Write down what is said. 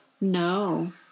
No